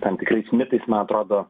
tam tikrais mitais man atrodo